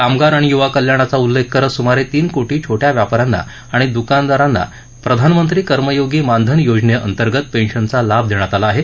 कामगार अणि युवा कल्याणाचा उल्लेख करत सुमारे तीन कोटी छोट्या व्यापा यांना आणि दुकानदारांनी प्रधानमंत्री कर्मयोगी मानधन योजनेअंतर्गत पेन्शनचा लाभ देण्यात आला आहे